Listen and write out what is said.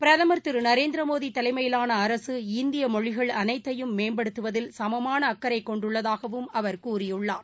பிரதமர் திரு நரேந்திரமோடி தலைமையிலாள அரசு இந்திய மொழிகள் அனைத்தையும் மேம்படுத்துவதில் சமமான அக்கறை கொண்டுள்ளதாகவும் கூறியுள்ளார்